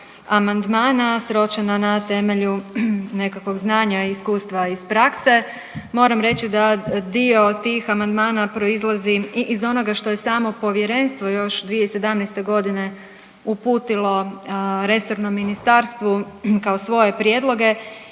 amandmana sročena na temelju nekakvog znanja i iskustva iz prakse. Moram reći da dio tih amandmana proizlazi i iz onoga što je samo povjerenstvo još 2017. godine uputilo resornom ministarstvu kao svoje prijedloge